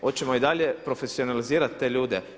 Hoćemo li i dalje profesionalizirati te ljude?